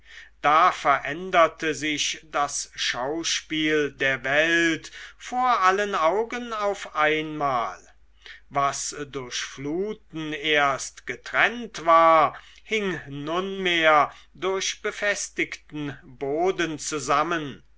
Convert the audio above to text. da veränderte sich das schauspiel der welt vor allen augen auf einmal was durch fluten erst getrennt war hing nunmehr durch befestigten boden zusammen